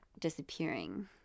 Disappearing